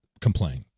complain